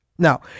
Now